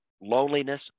loneliness